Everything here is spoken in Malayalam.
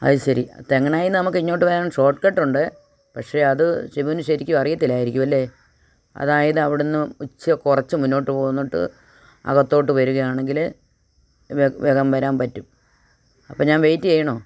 അത് ശരി തെങ്ങണായിൽ നിന്ന് നമുക്ക് ഇങ്ങോട്ട് വരാൻ ഷോർട്ട് കട്ടുണ്ട് പക്ഷേ അത് ഷിബുവിന് ശരിക്കും അറിയത്തില്ലായിരിക്കും അല്ലേ അതായത് അവിടുന്ന് ഇച്ച് കുറച്ച് മുന്നോട്ട് പോന്നിട്ട് അകത്തോട്ട് വരികയാണെങ്കില് വേഗം വരാൻ പറ്റും അപ്പം ഞാൻ വെയിറ്റ് ചെയ്യണോ